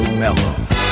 mellow